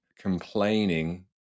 complaining